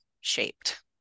shaped